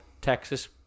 Texas –